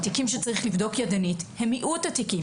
התיקים שצריך לבדוק ידנית הם מיעוט התיקים.